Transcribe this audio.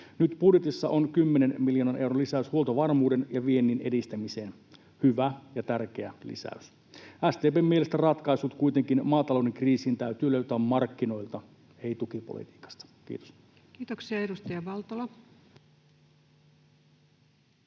Nyt budjetissa on 10 miljoonan euron lisäys huoltovarmuuden ja viennin edistämiseen — hyvä ja tärkeä lisäys. SDP:n mielestä ratkaisut kuitenkin maatalouden kriisiin täytyy löytää markkinoilta, ei tukipolitiikasta. — Kiitos. [Speech 186]